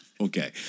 Okay